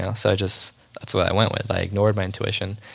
i so just, that's what i went with. i ignored my intuition.